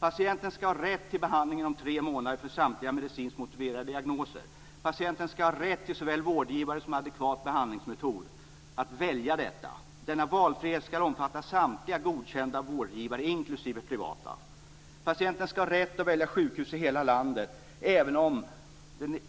Patienten skall ha rätt till behandling inom tre månader för samtliga medicinskt motiverade diagnoser. Patienten skall ha rätt att välja såväl vårdgivare som adekvat behandlingsmetod. Denna valfrihet skall omfatta samtliga godkända vårdgivare, inklusive privata vårdgivare. Patienten skall ha rätt att välja sjukhus i hela landet, även om